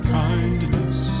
kindness